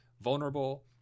vulnerable